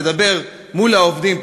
נדבר מול העובדים,